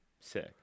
Sick